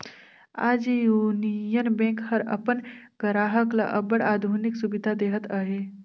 आज union bank हर अपन गराहक ल अब्बड़ आधुनिक सुबिधा देहत अहे